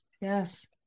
Yes